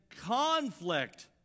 conflict